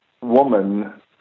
woman